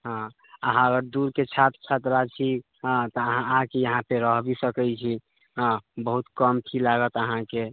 हाँ अहाँ दूरके छात्र छात्रा छी तऽ अहाँ आके इहाँपर रहि भी सकै छी हाँ बहुत कम फी लागत अहाँके